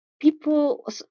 People